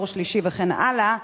דור שלישי וכן הלאה,